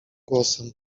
głosem